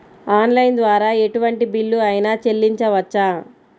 Online ద్వారా ఎటువంటి bill అయినా చెల్లించవచ్చా?